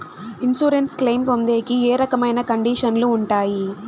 Insurance claim పొందేకి ఏ రకమైన కండిషన్లు ఉంటాయి?